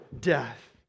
death